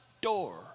door